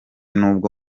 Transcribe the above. nubwo